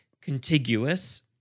contiguous